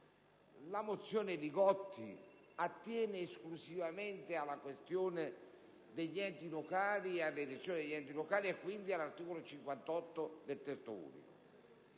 dal senatore Li Gotti attiene esclusivamente alle elezioni degli enti locali e dunque all'articolo 58 del testo unico,